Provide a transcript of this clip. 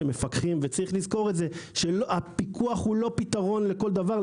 צריך לזכור שהפיקוח הוא פתרון לכל דבר,